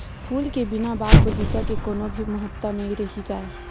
फूल के बिना बाग बगीचा के कोनो भी महत्ता नइ रहि जाए